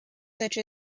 such